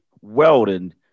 Weldon